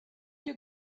you